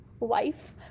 life